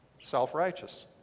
Self-righteous